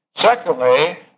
Secondly